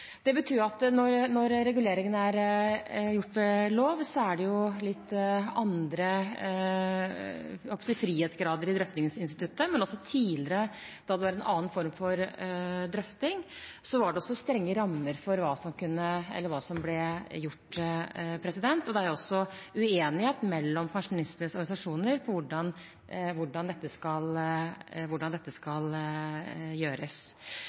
Det betyr at når reguleringen er gjort ved lov, er det litt andre frihetsgrader i drøftingsinstituttet. Men også tidligere, da det var en annen form for drøfting, var det strenge rammer for hva som ble gjort. Det er også uenighet mellom pensjonistenes organisasjoner om hvordan dette skal